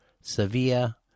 Sevilla